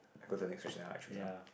I go to the next question ah I choose ah